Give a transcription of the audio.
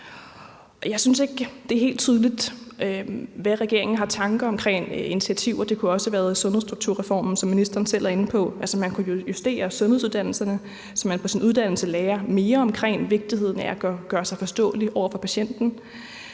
jeg synes ikke, det er helt tydeligt, hvad regeringen har af tanker og initiativer omkring det, og det kunne også have været i forbindelse med sundhedsstrukturreformen, som ministeren selv er inde på. Vi kunne justere sundhedsuddannelserne, så man på sin uddannelse lærer mere omkring vigtigheden af at gøre sig forståelig over for patienten,